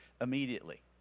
immediately